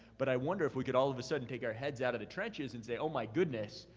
but i wonder if we could all of a sudden take our heads out of the trenches and say, oh, my goodness,